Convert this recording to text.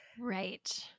Right